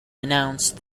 announce